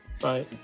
Bye